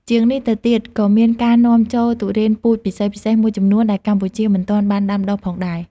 ជាងនេះទៅទៀត ក៏មានការនាំចូលទុរេនពូជពិសេសៗមួយចំនួនដែលកម្ពុជាមិនទាន់បានដាំដុះផងដែរ។